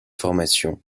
formations